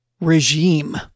regime